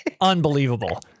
unbelievable